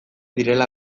direla